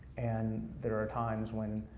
and there are times when,